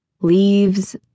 leaves